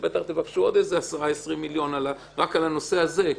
בטח תבקשו עוד 20-10 מיליון שקל רק על הנושא הזה.